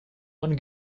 one